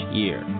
year